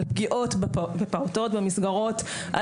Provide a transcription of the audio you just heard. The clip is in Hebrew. על פגיעות בפעוטות במסגרות,